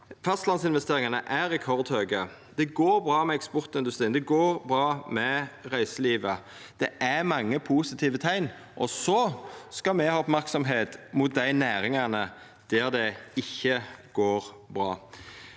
fastlandsinvesteringane er rekordhøge. Det går bra med eksportindustrien. Det går bra med reiselivet. Det er mange positive teikn. Så skal me ha merksemd mot dei næringane der det ikkje går bra.